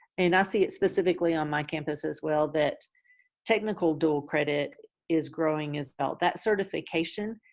and i see it specifically on my campus as well, that technical dual credit is growing as well. that certification,